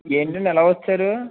ఏంటండి ఇలా వచ్చారు